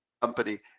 company